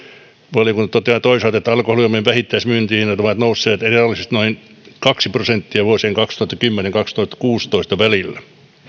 valiokunta toteaa toisaalta että alkoholijuomien vähittäismyyntihinnat ovat nousseet reaalisesti noin kaksi prosenttia vuosina kaksituhattakymmenen viiva kaksituhattakuusitoista